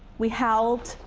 we howled,